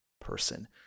person